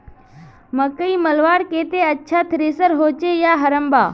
मकई मलवार केते अच्छा थरेसर होचे या हरम्बा?